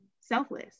selfless